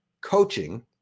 coaching